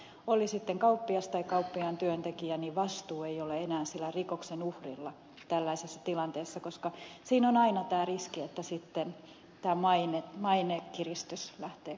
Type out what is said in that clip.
oli sitten kauppias tai kauppiaan työntekijä niin vastuu ei ole enää sillä rikoksen uhrilla tällaisessa tilanteessa koska siinä on aina tämä riski että sitten samainen maine kiristys lähti